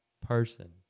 person